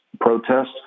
protest